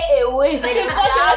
away